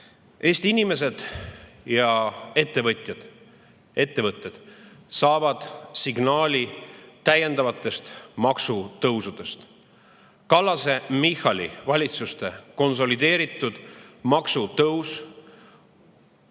Eesti inimesed ja ettevõtjad, ettevõtted saavad signaali täiendavate maksutõusude kohta. Kallase-Michali valitsuste konsolideeritud maksutõus